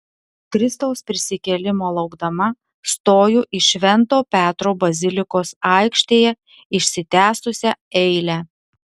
kristaus prisikėlimo laukdama stoju į švento petro bazilikos aikštėje išsitęsusią eilę